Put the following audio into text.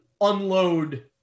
unload